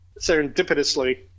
serendipitously